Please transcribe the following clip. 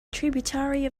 tributary